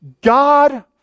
God